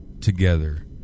together